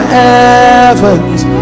heavens